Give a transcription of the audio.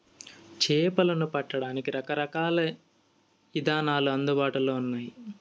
చేపలను పట్టడానికి రకరకాల ఇదానాలు అందుబాటులో ఉన్నయి